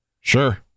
Sure